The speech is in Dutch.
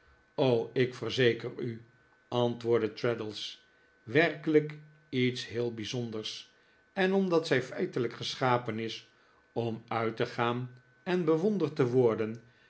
ik verzeker u antwoordde traddles werkelijk iets heel bijzonders en omdat zij feitelijk geschapen is om uit te gaan en bewonderd te worden